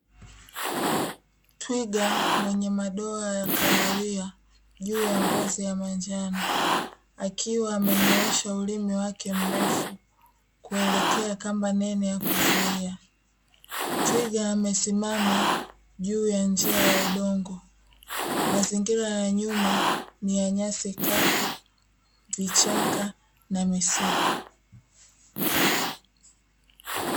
Twiga mwenye madoa ya kahawia juu ya ngozi ya manjano akiwa amenyoosha ulimi wake mrefu kuelekea kamba nene ya kuzuia twiga, amesimama juu ya njia ya udongo mazingira ya nyuma ni ya nyasi kavu vichaka na misitu.